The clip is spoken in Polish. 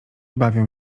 bawią